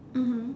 mmhmm